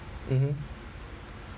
mmhmm